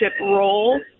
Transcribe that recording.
role